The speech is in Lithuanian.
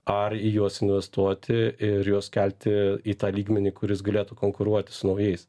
ar į juos investuoti ir juos kelti į tą lygmenį kuris galėtų konkuruoti su naujais